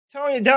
Tony